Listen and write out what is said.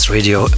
Radio